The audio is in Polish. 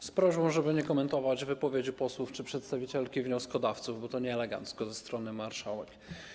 Mam prośbę, żeby nie komentować wypowiedzi posłów czy przedstawicielki wnioskodawców, bo jest to nieeleganckie ze strony marszałek.